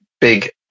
big